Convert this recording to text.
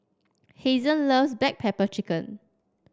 Hazen loves Black Pepper Chicken